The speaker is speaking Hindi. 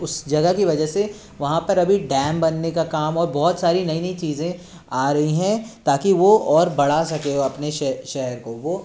उस जगह कि वजह से वहाँ पर अभी डैम बनने का काम और बहुत सारी नई नई चीज़ें आ रही हैं ताकी वो और बड़ा सके वो अपने शहर को वो